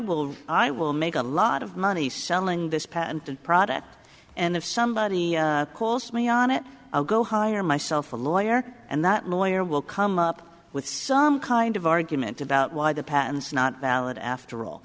will i will make a lot of money selling this patent and product and if somebody calls me on it i'll go hire myself a lawyer and that lawyer will come up with some kind of argument about why the patent is not valid after all